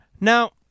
Now